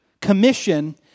commission